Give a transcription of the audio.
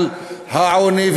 על העוני,